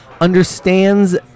understands